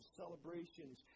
celebrations